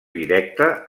directa